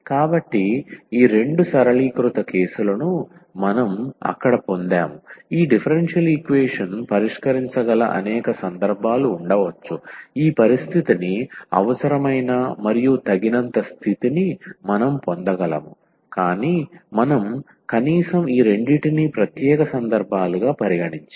కాబట్టి ఈ రెండు సరళీకృత కేసులను మనం అక్కడ పొందాము ఈ డిఫరెన్షియల్ ఈక్వేషన్ పరిష్కరించగల అనేక సందర్భాలు ఉండవచ్చు ఈ పరిస్థితిని అవసరమైన మరియు తగినంత స్థితిని మనం పొందగలము కాని మనం కనీసం ఈ రెండింటినీ ప్రత్యేక సందర్భాలుగా పరిగణించాము